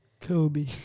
Kobe